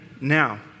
now